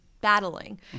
battling